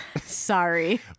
Sorry